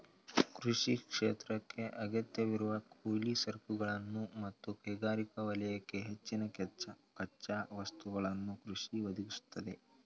ಕೃಷಿ ಕ್ಷೇತ್ರಕ್ಕೇ ಅಗತ್ಯವಿರುವ ಕೂಲಿ ಸರಕುಗಳನ್ನು ಮತ್ತು ಕೈಗಾರಿಕಾ ವಲಯಕ್ಕೆ ಹೆಚ್ಚಿನ ಕಚ್ಚಾ ವಸ್ತುಗಳನ್ನು ಕೃಷಿ ಒದಗಿಸ್ತದೆ